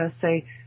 say